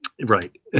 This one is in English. right